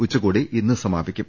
ഉച്ചകോടി ഇന്ന് സമാപിക്കും